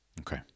Okay